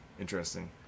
interesting